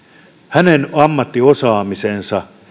hänen ammattiosaamisensa